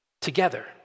together